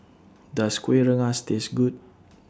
Does Kuih Rengas Taste Good